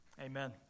Amen